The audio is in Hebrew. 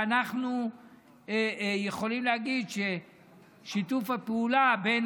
ואנחנו יכולים להגיד ששיתוף הפעולה בין